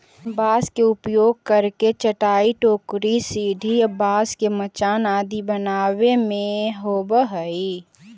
बाँस के उपयोग करके चटाई, टोकरी, सीढ़ी, बाँस के मचान आदि बनावे में होवऽ हइ